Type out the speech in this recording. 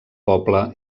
poble